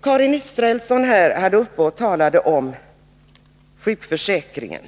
Karin Israelsson talade om sjukförsäkringen